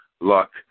Luck